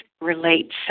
relates